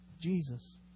Jesus